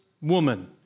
woman